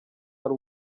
ari